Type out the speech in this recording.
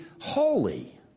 holy